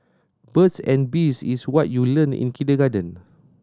birds and bees is what you learnt in kindergarten